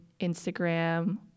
Instagram